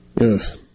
Yes